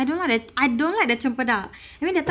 I don't want the I don't like the cempedak you mean that time